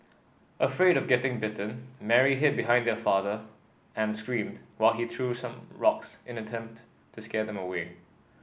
afraid of getting bitten Mary hid behind her father and screamed while he threw some rocks in an attempt to scare them away